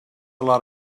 lot